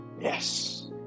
Yes